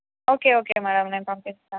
okay okay madam నేను పంపిస్తాను